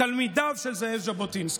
תלמידיו של זאב ז'בוטינסקי.